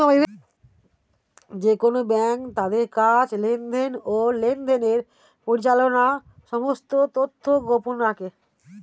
যেকোন ব্যাঙ্ক তাদের কাজ, লেনদেন, ও লেনদেনের পরিচালনার সমস্ত তথ্য গোপন রাখে